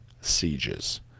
sieges